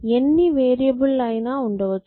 ఎన్ని వేరియబుల్ లు అయినా ఉండవచ్చు